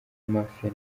mafia